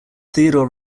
theodore